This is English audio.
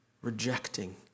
rejecting